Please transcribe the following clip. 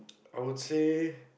I would say